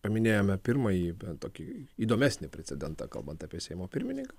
paminėjome pirmąjį bent tokį įdomesnį precedentą kalbant apie seimo pirmininką